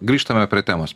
grįžtame prie temos